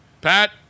Pat